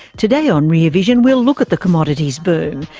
today on rear vision we'll look at the commodities boom.